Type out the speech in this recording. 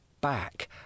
back